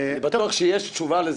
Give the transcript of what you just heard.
אני בטוח שיש תשובה לזה.